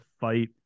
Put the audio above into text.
fight